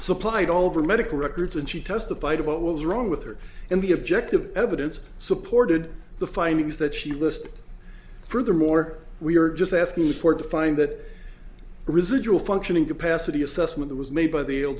supplied all over medical records and she testified what was wrong with her and the objective evidence supported the findings that she list furthermore we are just asking for to find that residual functioning capacity assessment was made by the l